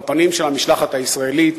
בפנים של המשלחת הישראלית,